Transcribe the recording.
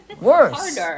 worse